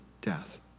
death